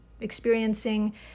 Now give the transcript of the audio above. experiencing